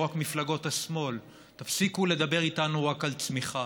לא רק מפלגות השמאל: תפסיקו לדבר איתנו רק על צמיחה,